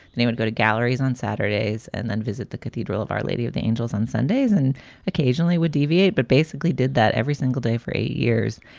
he would go to galleries on saturdays and then visit the cathedral of our lady of the angels on sundays and occasionally would deviate, but basically did that every single day for eight years.